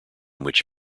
which